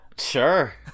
Sure